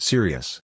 Serious